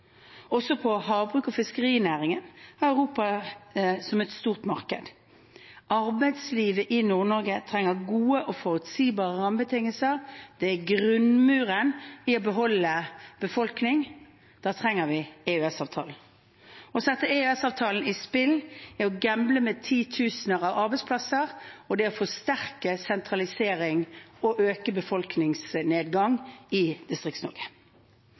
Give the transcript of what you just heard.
og fiskerinæringen har Europa som et stort marked. Arbeidslivet i Nord-Norge trenger gode og forutsigbare rammebetingelser. Det er grunnmuren for å beholde befolkningen. Da trenger vi EØS-avtalen. Å sette EØS-avtalen i spill er å gamble med titusener av arbeidsplasser, og det er å forsterke sentralisering og øke befolkningsnedgangen i